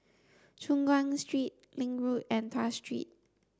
Choon Guan Street Link Road and Tuas Street